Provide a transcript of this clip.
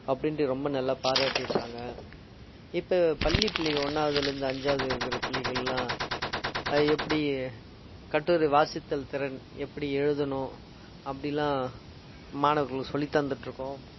அப்படின்ட்டு ரொம்ப நல்லா பாராட்டிருக்காங்க இப்போது பள்ளி பிள்ளைவோ ஒன்றாவதுலேருந்து அஞ்சாவது வரைக்கும் இருக்கற பிள்ளைங்களெலாம் அது எப்படி கட்டுரை வாசித்தல் திறன் எப்படி எழுதணும் அப்படிலாம் மாணவர்களுக்கு சொல்லித்தந்துகிட்டு இருக்கோம்